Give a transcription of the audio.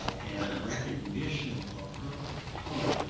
and recognition of her heart,